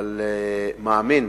אבל מאמין,